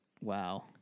Wow